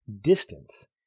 distance